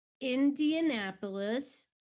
Indianapolis